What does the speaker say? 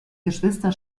geschwister